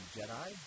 Jedi